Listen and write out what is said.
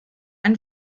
ein